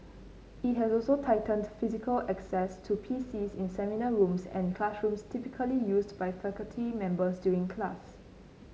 it has also tightened physical access to PCs in seminar rooms and classrooms typically used by faculty members during class